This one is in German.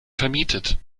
vermietet